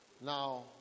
Now